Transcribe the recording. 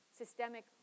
systemic